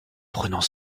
prenant